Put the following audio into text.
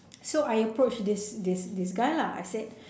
so I approached this this this guy lah I said